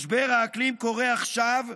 משבר האקלים קורה עכשיו,